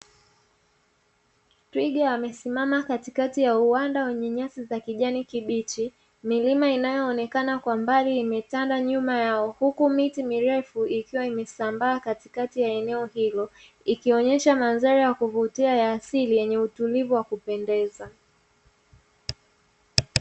Twiga wamesimama katikati ya uwanda wenye nyasi za kijani kibichi, milima inayoonekana kwa mbali imetanda nyuma yao, huku miti mirefu ikiwa imesambaa katikati ya eneo hilo, ikionyesha mandhari ya kuvutia ya asili yenye uzuri wa kupendeza.